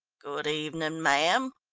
good evening, ma'am.